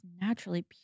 naturally